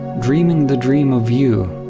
dreaming the dream of you.